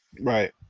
Right